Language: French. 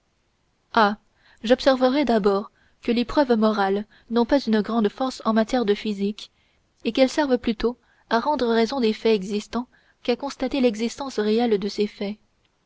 j'observerai d'abord que les preuves morales n'ont pas une grande force en matière de physique et qu'elles servent plutôt à rendre raison des faits existants qu'à constater l'existence réelle de ces faits